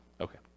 Okay